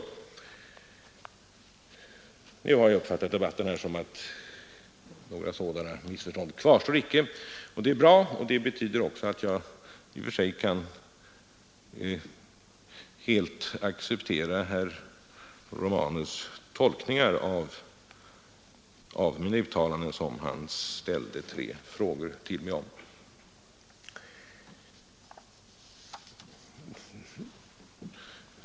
Nu har jag också uppfattat denna debatt så att några sådana missförstånd inte kvarstår, och det är bra. Det betyder då också att jag i och för sig helt kan acceptera herr Romanus” tolkningar av mitt interpellationssvar, som han ställde tre frågor till mig om.